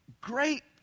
great